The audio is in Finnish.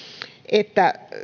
että